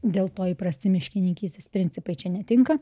dėl to įprasti miškininkystės principai čia netinka